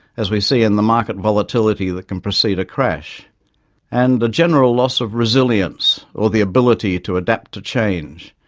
as we see in the market volatility that can precede a crash and a general loss of resilience, or the ability to adapt to change,